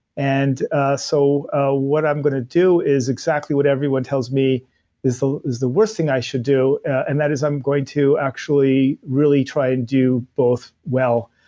and ah so ah what i'm going to do is exactly what everyone tells me is the is the worst thing i do and that is i'm going to actually really try and do both well,